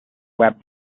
web